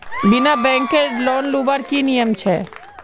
बिना बैंकेर लोन लुबार की नियम छे?